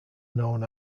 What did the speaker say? known